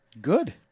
Good